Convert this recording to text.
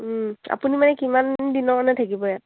আপুনি মানে কিমান দিনৰ কাৰণে থাকিব ইয়াত